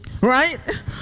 right